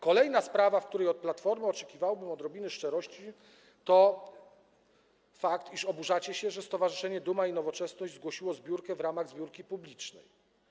Kolejna sprawa, w której od Platformy oczekiwałbym odrobiny szczerości, to fakt, iż oburzacie się, że stowarzyszenie Duma i Nowoczesność zgłosiło zbiórkę w ramach zbiórki publicznej.